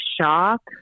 shock